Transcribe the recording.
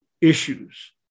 issues